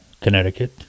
Connecticut